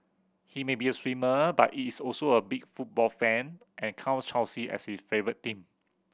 he may be a swimmer but he is also a big football fan and counts Chelsea as his favourite team